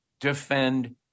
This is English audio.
defend